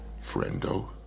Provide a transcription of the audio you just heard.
Friendo